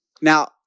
Now